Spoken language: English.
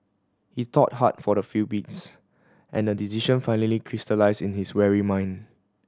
he thought hard for the few beats and a decision finally crystallised in his weary mind